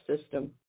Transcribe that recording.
system